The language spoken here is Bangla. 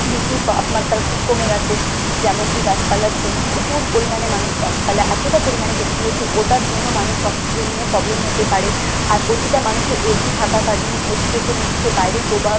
বৃষ্টির তাপমাত্রার খুব কমে গেছে যেমন কি গাছপালার জন্য প্রচুর পরিমাণে মানুষ গাছপালা এতটা পরিমাণে কেটে দিয়েছে ওটার জন্য মানুষ অক্সিজেন নিয়ে প্রবলেম হতে পারে আর প্রতিটা মানুষের এসি থাকাকালীন এসি দেখে নিচ্ছে বাইরের প্রভাব